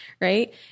right